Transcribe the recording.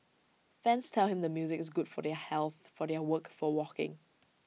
fans tell him the music is good for their health for their work for walking